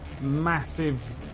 massive